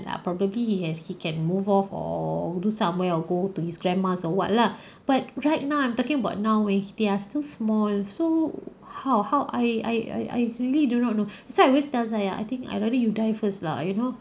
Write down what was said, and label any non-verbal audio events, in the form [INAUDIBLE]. lah probably he has he can move off or do somewhere or go to his grandmas or what lah [BREATH] but right now I'm talking about now eh they are still small so how how I I I I really do not know so I always doesn't saya I think I rather you die first lah you know